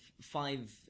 five